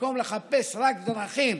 במקום לחפש רק דרכים